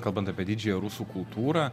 kalbant apie didžiąją rusų kultūrą